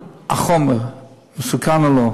החומר, מסוכן או לא,